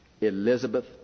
Elizabeth